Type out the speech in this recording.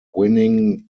winning